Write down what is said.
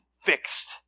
fixed